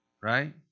Right